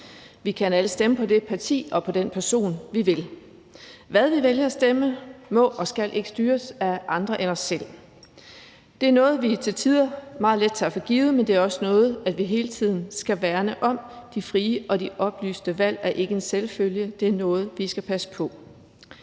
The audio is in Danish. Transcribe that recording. Vi kan alle stemme på det parti og på den person, vi vil. Hvad vi vælger at stemme, må og skal ikke styres af andre end os selv. Det er noget, vi til tider meget let tager for givet, men det er også noget, vi hele tiden skal værne om. De frie og oplyste valg er ikke en selvfølge, det er noget, vi skal passe på.